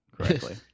correctly